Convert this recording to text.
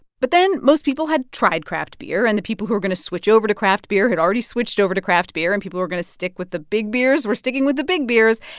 but then most people had tried craft beer, and the people who were going to switch over to craft beer had already switched over to craft beer. and people who were going to stick with the big beers were sticking with the big beers.